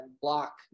block